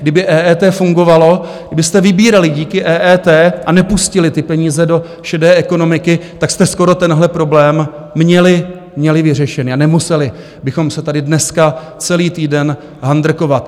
Kdyby EET fungovalo, kdybyste vybírali díky EET a nepustili ty peníze do šedé ekonomiky, tak jste skoro tenhle problém měli vyřešený a nemuseli bychom se tady dneska celý týden handrkovat.